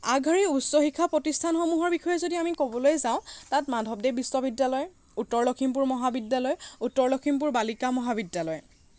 আগশাৰী উচ্চ শিক্ষা প্ৰতিষ্ঠানসমূহৰ বিষয়ে যদি আমি ক'বলৈ যাওঁ তাত মাধৱদেৱ বিশ্ববিদ্যালয় উত্তৰ লখিমপুৰ মহাবিদ্যালয় উত্তৰ লখিমপুৰ বালিকা মহাবিদ্যালয়